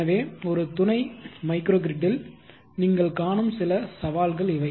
எனவே ஒரு துணை மைக்ரோகிரிட்டில் நீங்கள் காணும் சில சவால்கள் இவை